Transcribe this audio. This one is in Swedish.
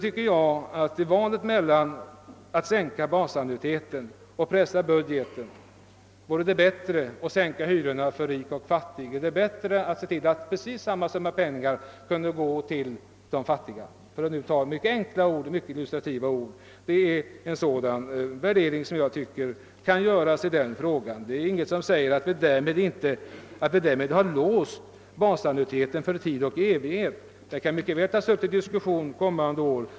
Bättre än att pressa budgeten för att sänka basannuiteten och sänka hyrorna för rik och fattig vore att ge motsvarande summa pengar till de fattiga, för att nu använda mycket enkla och illustrativa ord. En sådan värdering anser jag att man kan göra i den frågan. Ingenting säger att vi därmed har låst basannuiteten för tid och evighet. Den kan mycket väl diskuteras kommande år.